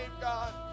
God